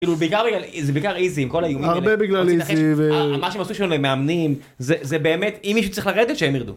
זה בעיקר איזי עם כל האיומים האלה. הרבה בגלל איזי. מה שמעשו שם במאמנים זה באמת אם מישהו צריך לרדת שהם ירדו.